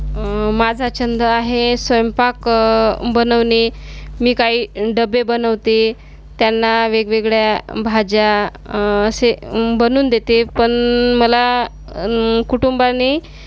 माझा छंद आहे स्वयंपाक बनवणे मी काही डबे बनवते त्यांना वेगवेगळ्या भाज्या असे बनवून देते पण मला कुटुंबानी